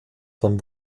von